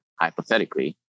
hypothetically